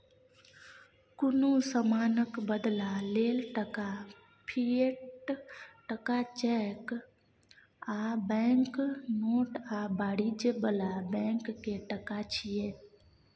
कुनु समानक बदला लेल टका, फिएट टका, चैक आ बैंक नोट आ वाणिज्य बला बैंक के टका छिये